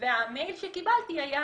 והמייל שקיבלתי היה